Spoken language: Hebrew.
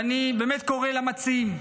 ואני באמת קורא למציעים,